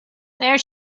there